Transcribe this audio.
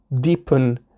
deepen